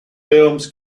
films